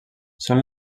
són